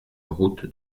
route